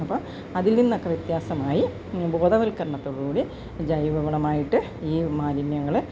അപ്പോൾ അതിൽനിന്നൊക്ക വ്യത്യാസമായി ബോധവൽക്കരണത്തോടുകൂടി ജൈവവളമായിട്ട് ഈ മാലിന്യങ്ങള്